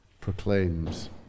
proclaims